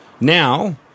Now